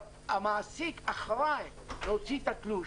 המעסיק אחראי להוציא את התלוש,